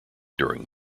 during